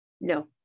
No